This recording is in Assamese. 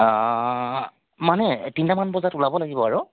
অ মানে তিনিটা মান বজাত ওলাব লাগিব আৰু